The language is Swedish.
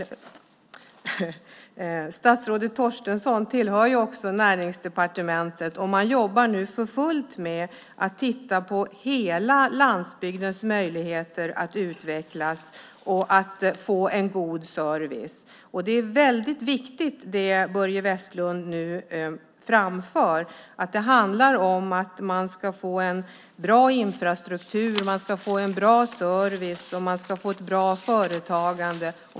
Statsrådet Torstensson tillhör också Näringsdepartementet, och man jobbar nu för fullt med att titta på hela landsbygdens möjligheter att utvecklas och att få en god service. Det är väldigt viktigt det Börje Vestlund nu framför: Det handlar om att man ska få en bra infrastruktur, en bra service och ett bra företagande.